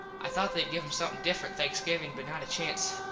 i thought theyd give em somethin different thanksgivin but not a chance.